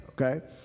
okay